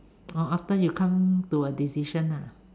oh after you come to a decision ah